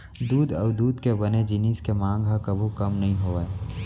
दूद अउ दूद के बने जिनिस के मांग ह कभू कम नइ होवय